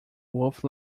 wolf